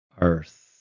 earth